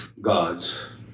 gods